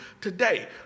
today